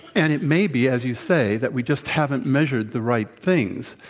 and it may be, as you say, that we just haven't measured the right things.